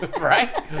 right